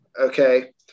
okay